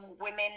women